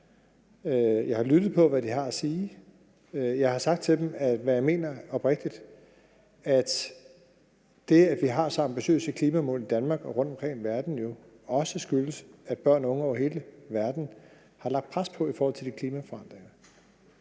Jeg har lyttet til, hvad de har at sige, og jeg har sagt til dem, hvad jeg oprigtigt mener, nemlig at det, at vi har så ambitiøse klimamål i Danmark og rundtomkring i verden jo også skyldes, at børn og unge i hele verden har lagt pres på i forhold til de klimaforandringer.